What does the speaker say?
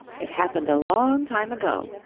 it happened a long time ago.